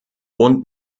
und